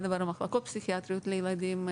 לדבר עם מחלקות פסיכיאטריות לילדים.